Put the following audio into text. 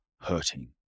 hurting